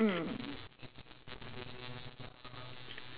mm